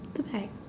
the bag